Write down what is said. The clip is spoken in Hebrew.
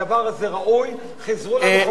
הדבר הזה ראוי, חִזרו למחוקק.